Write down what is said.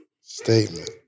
statement